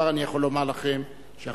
וכבר אני יכול לומר לכם שאחריו,